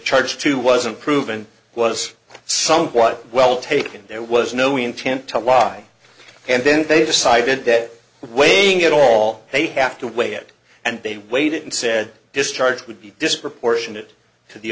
charge too wasn't proven was somewhat well taken there was no intent to lie and then they decided that weighing it all they have to weigh it and they waited and said this charge would be disproportionate to the